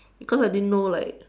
because I didn't know like